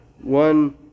One